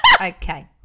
Okay